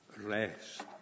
rest